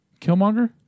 Killmonger